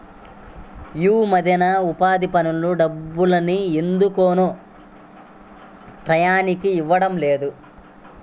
యీ మద్దెన ఉపాధి పనుల డబ్బుల్ని ఎందుకనో టైయ్యానికి ఇవ్వడం లేదు